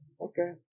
Okay